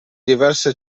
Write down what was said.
diverse